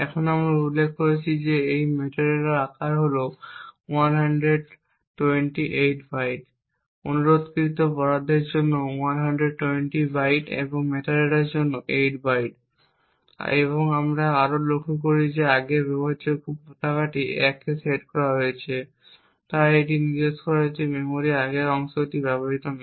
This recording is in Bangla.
এখন আমরা উল্লেখ করেছি এই মেটাডেটার আকার হল 128 বাইট অনুরোধকৃত বরাদ্দের জন্য 120 বাইট এবং মেটাডেটার জন্য 8 বাইট আমরা আরও লক্ষ করি যে আগের ব্যবহারযোগ্য পতাকাটি 1 এ সেট করা হয়েছে তাই এটি নির্দেশ করে যে মেমরির আগের অংশটি ব্যবহৃত না